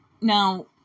Now